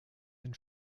den